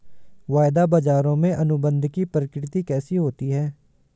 वायदा बाजारों में अनुबंध की प्रकृति कैसी होती है?